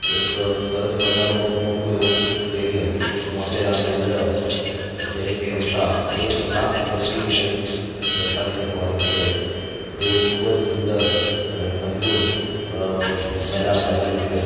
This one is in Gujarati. એક સરસ મજાનું મોટું એવું સ્ટેડિયમ મોટેરાની અંદર જેની ક્ષમતા એક લાખ વ્યક્તિને બેસાડી સકવાની છે તેવું ખૂબ જ સુંદર અને મજબૂત મેદાન બનેલું છે